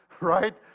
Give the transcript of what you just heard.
right